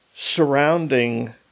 surrounding